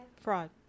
Fraud